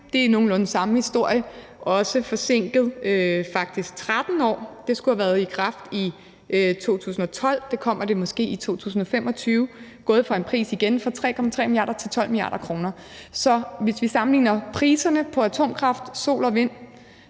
Det er nogenlunde samme historie med også et forsinket værk, faktisk 13 år. Det skulle have været i kraft i 2012. Det kommer det måske i 2025. Det er igen gået fra en pris på 3,3 mia. euro til 12 mia. euro. Hvis vi sammenligner priserne på atomkraft, sol og vind,